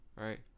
Right